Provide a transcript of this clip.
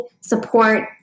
support